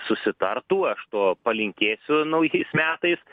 susitartų aš to palinkėsiu naujais metais